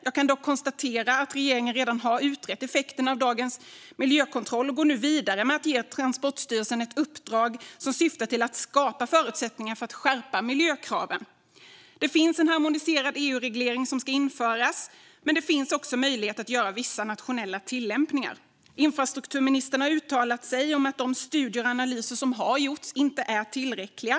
Jag kan dock konstatera att regeringen redan har utrett effekterna av dagens miljökontroll och nu går vidare med att ge Transportstyrelsen ett uppdrag som syftar till att skapa förutsättningar för att skärpa miljökraven. Det finns en harmoniserad EU-reglering som ska införas, men det finns också möjlighet att göra vissa nationella tillämpningar. Infrastrukturministern har uttalat sig om att de studier och analyser som har gjorts inte är tillräckliga.